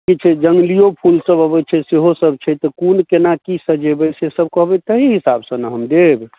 किछु जङ्गलिओ फूलसब अबै छै सेहोसब छै तऽ कोन कोनाकि सजेबै सेसब कहबै तही हिसाबसँ ने हम देब